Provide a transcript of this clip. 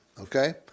Okay